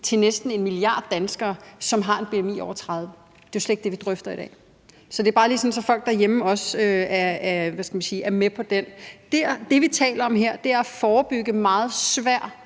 til næsten 1 million danskere, som har en bmi over 30. Det er jo slet ikke det, vi drøfter i dag. Så det er bare lige, sådan at folk derhjemme også er med på den. Det, vi taler om her, er at forebygge meget svær